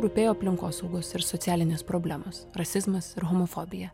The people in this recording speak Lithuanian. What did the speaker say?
rūpėjo aplinkosaugos ir socialinės problemos rasizmas ir homofobija